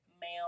male